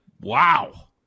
Wow